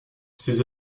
ces